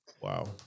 Wow